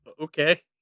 Okay